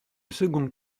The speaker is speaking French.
second